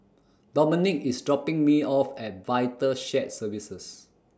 Domonique IS dropping Me off At Vital Shared Services